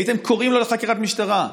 הייתם קוראים לו לחקירת משטרה,